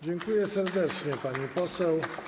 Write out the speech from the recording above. Dziękuję serdecznie, pani poseł.